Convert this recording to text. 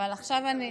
אבל עכשיו אני,